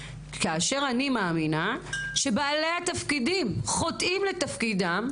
כאשר אני מאמינה שבעלי התפקידים חוטאים לתפקידם,